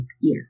yes